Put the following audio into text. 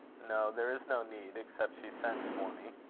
no there is no need, except she sends for me.